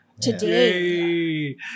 today